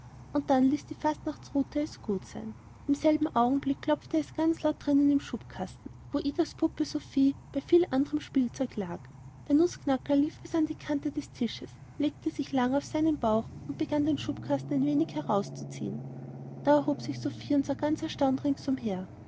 und dann ließ die fastnachtsrute es gut sein im selben augenblick klopfte es ganz laut drinnen im schubkasten wo idas puppe sophie bei viel anderm spielzeug lag der nußknacker lief bis an die kante des tisches legte sich lang auf seinen bauch und begann den schubkasten ein wenig herauszuziehen da erhob sich sophie und sah ganz erstaunt rings umher